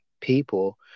people